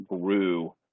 grew